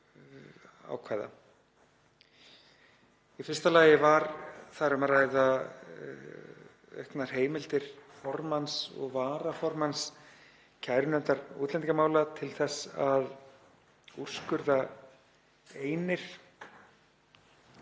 Í fyrsta lagi var þar um að ræða auknar heimildir formanns og varaformanns kærunefndar útlendingamála til þess að úrskurða einir